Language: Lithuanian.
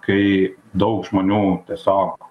kai daug žmonių tiesiog